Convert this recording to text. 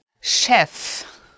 chef